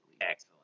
Excellent